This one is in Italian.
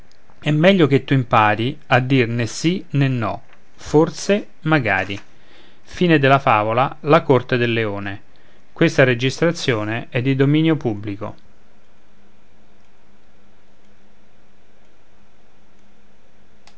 è meglio che tu impari a dir né sì né no forse magari e la